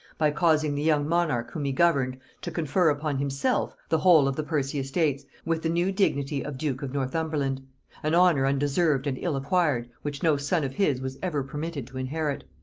by causing the young monarch whom he governed to confer upon himself the whole of the percy estates, with the new dignity of duke of northumberland an honor undeserved and ill-acquired, which no son of his was ever permitted to inherit.